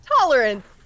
tolerance